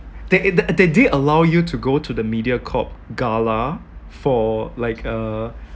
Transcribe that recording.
they they they did allow you to go to the mediacorp gala for like a